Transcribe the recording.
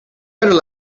better